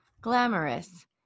glamorous